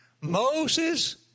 Moses